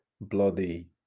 bloody